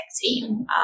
team